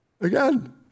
Again